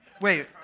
Wait